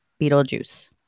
Beetlejuice